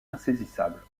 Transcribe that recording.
insaisissable